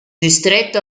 distretto